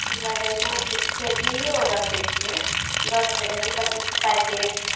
लगेनाइ छै तऽ छै बिओ रखै छियै दस टके छै पच्चीसके पैकेट